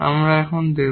আমরা এখন দেব